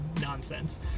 nonsense